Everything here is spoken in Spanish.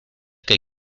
que